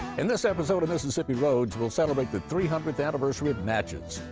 in this episode of mississippi roads, we'll celebrate the three hundredth anniversary of natchez.